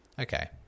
Okay